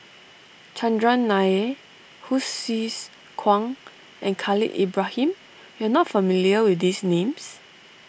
Chandran Nair Hsu Tse Kwang and Khalil Ibrahim you are not familiar with these names